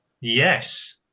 Yes